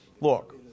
look